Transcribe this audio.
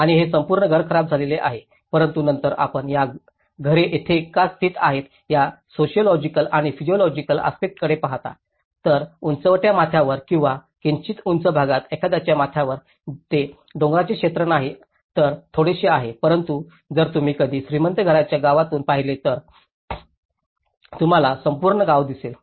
आणि हे संपूर्ण घर खराब झालेले आहे परंतु नंतर आपण या घरे येथे का स्थित आहेत या सोसिओलॉजिकल आणि फिजिओलॉजिकल आस्पेक्टसकडे पाहता तर उंचवट्याच्या माथ्यावर किंवा किंचित उंच भागात एखाद्याच्या माथ्यावर ते डोंगराचे क्षेत्र नाही तर थोडेसे आहे परंतु जर तुम्ही कधी श्रीमंत घरांच्या गावातून पाहिले तर तुम्हाला संपूर्ण गाव दिसेल